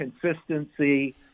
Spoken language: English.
consistency